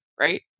Right